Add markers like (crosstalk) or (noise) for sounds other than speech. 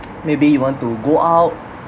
(noise) maybe you want to go out